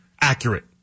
accurate